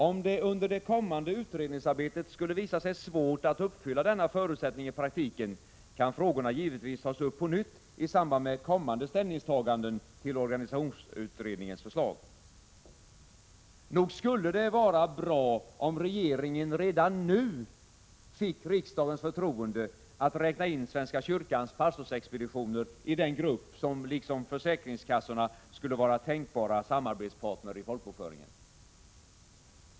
Om det under det kommande utredningsarbetet skulle visa sig svårt att uppfylla denna förutsättning i praktiken kan frågorna givetvis tas upp på nytt i samband med kommande ställningstaganden till organisationsutredningens förslag.” Nog skulle det vara bra, om regeringen redan nu fick riksdagens förtroende att räkna in svenska kyrkans pastorsexpeditioner i den grupp som liksom försäkringskassorna skulle vara tänkbara samarbetspartner i folkbokföringen.